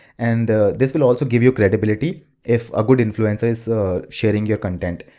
and this will also give you credibility if a good influencer is sharing your content.